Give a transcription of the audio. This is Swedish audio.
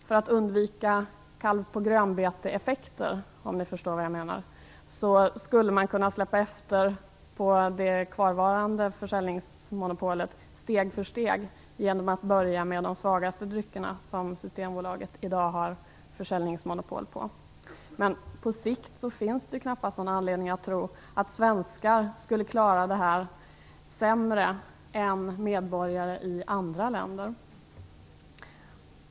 För att undvika "kalv på grönbete"-effekter skulle man kunna släppa efter på det kvarvarande försäljningsmonopolet steg för steg genom att börja med de svagaste av de drycker som Systembolaget i dag har försäljningsmonopol på. På sikt finns det dock knappast någon anledning att tro att svenskar skulle klara det här sämre än medborgare i andra länder.